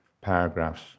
paragraphs